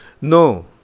No